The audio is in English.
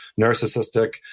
narcissistic